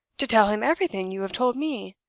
to tell him everything you have told me.